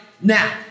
now